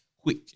quick